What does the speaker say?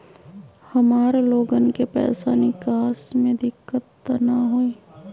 हमार लोगन के पैसा निकास में दिक्कत त न होई?